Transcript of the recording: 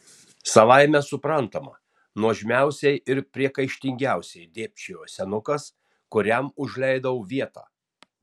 savaime suprantama nuožmiausiai ir priekaištingiausiai dėbčiojo senukas kuriam užleidau vietą